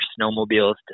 snowmobiles